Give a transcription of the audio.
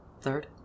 third